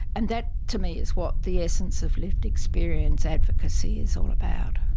and that to me is what the essence of lived experience advocacy is all about.